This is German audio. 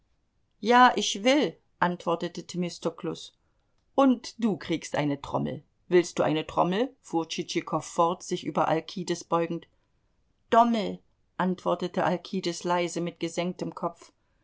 ja ich will antwortete themistoklus und du kriegst eine trommel willst du eine trommel fuhr tschitschikow fort sich über alkides beugend dommel antwortete alkides leise mit gesenktem kopf